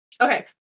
Okay